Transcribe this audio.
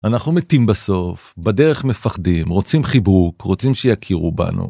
אנחנו מתים בסוף, בדרך מפחדים, רוצים חיבוק, רוצים שיכירו בנו.